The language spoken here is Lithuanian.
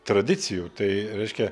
tradicijų tai reiškia